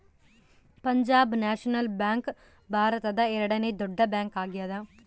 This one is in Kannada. ಪಂಜಾಬ್ ನ್ಯಾಷನಲ್ ಬ್ಯಾಂಕ್ ಭಾರತದ ಎರಡನೆ ದೊಡ್ಡ ಬ್ಯಾಂಕ್ ಆಗ್ಯಾದ